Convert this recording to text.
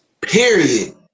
Period